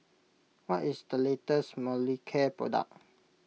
what is the latest Molicare product